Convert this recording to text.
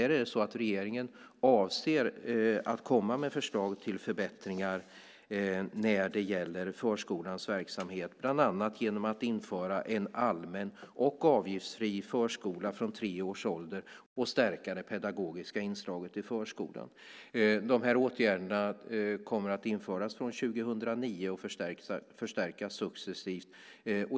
Regeringen avser att komma med förslag till förbättringar när det gäller förskolans verksamhet, bland annat genom att införa en allmän och avgiftsfri förskola från tre års ålder och stärka det pedagogiska inslaget i förskolan. De här åtgärderna kommer att införas år 2009 och förstärkas successivt.